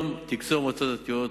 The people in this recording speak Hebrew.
תקצוב המועצות הדתיות